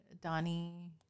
Donnie